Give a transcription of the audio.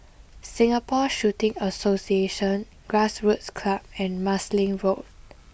Singapore Shooting Association Grassroots Club and Marsiling Road